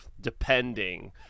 depending